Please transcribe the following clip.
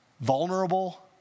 vulnerable